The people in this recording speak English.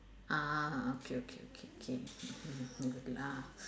ah okay okay okay okay good lah